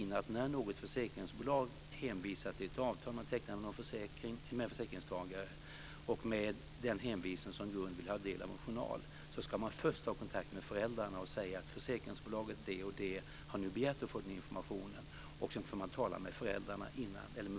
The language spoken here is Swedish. När något försäkringsbolag hänvisar till ett avtal om en försäkring med en försäkringstagare och med den hänvisningen som grund vill ta del av en journal ska barnavårdscentralen ha som rutin att först ta kontakt med föräldrarna och upplysa om att ett försäkringsbolag har begärt att få information innan man lämnar ut några uppgifter.